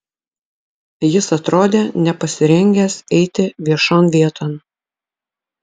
jis atrodė nepasirengęs eiti viešon vieton